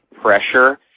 pressure